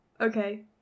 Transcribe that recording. Okay